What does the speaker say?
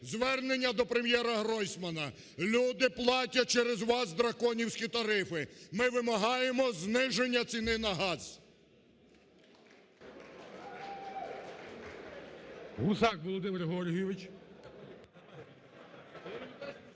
Звернення до Прем'єра Гройсмана. Люди платять через вас драконівські тарифи. Ми вимагаємо зниження ціни на газ. ГОЛОВУЮЧИЙ. Гусак Володимир Георгійович.